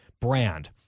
brand